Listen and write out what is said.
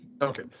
Okay